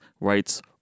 rights